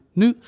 nu